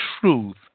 truth